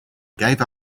gave